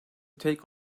take